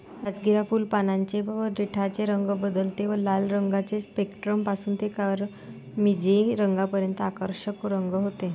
राजगिरा फुल, पानांचे व देठाचे रंग बदलते व लाल रंगाचे स्पेक्ट्रम पासून ते किरमिजी रंगापर्यंत आकर्षक रंग होते